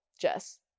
Jess